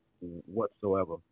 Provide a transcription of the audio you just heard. whatsoever